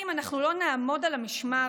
אם אנחנו לא נעמוד על המשמר,